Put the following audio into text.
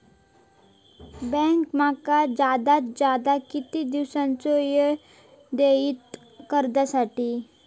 Bank माका जादात जादा किती दिवसाचो येळ देयीत कर्जासाठी?